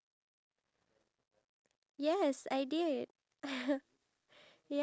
ya easier for me anything that is easy for me then I want it